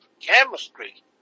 chemistry